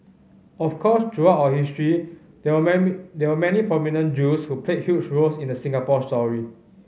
of course throughout our history there were many there were many prominent Jews who played huge roles in the Singapore story